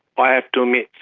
i have to admit,